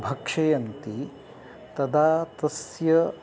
भक्षयन्ति तदा तस्य